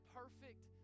perfect